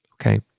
Okay